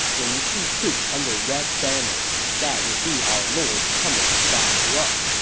when you see troops under red banners, that would be our lord coming to back you up.